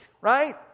right